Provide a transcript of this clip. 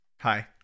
Hi